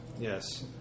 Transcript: Yes